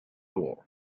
war